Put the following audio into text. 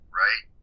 right